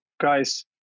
guys